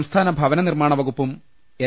സംസ്ഥാന ഭവന നിർമാണവകുപ്പും എൻ